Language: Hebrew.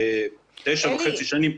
תשע וחצישנים,